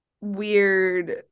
weird